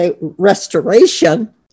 restoration